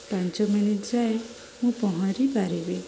ପାଞ୍ଚ ମିନିଟ୍ ଯାଏଁ ମୁଁ ପହଁରି ପାରିବି